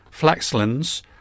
Flaxlands